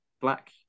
black